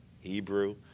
Hebrew